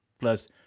Plus